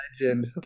legend